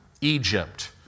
Egypt